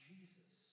Jesus